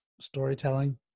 storytelling